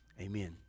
Amen